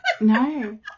No